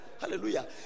Hallelujah